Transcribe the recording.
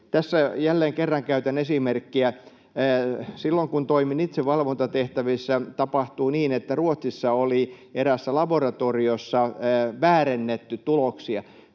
Tässä jälleen kerran käytän esimerkkiä. Silloin, kun toimin itse valvontatehtävissä, tapahtui niin, että Ruotsissa oli eräässä laboratoriossa väärennetty tuloksia.